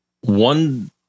One